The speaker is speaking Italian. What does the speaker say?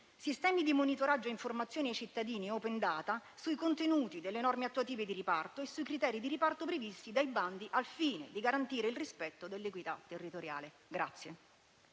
sistemi di monitoraggio e informazione ai cittadini (*open data*) sui contenuti delle norme attuative di riparto e sui criteri di riparto previsti dai bandi, al fine di garantire il rispetto dell'equità territoriale.